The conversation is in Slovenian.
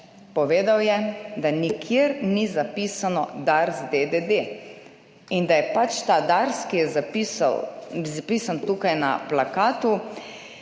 povedal je, da nikjer ni zapisano DARS, d., d., d., in da je pač ta DARS, ki je zapisan tukaj na plakatu,